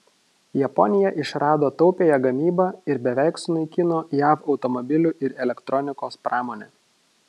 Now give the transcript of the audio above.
japonija išrado taupiąją gamybą ir beveik sunaikino jav automobilių ir elektronikos pramonę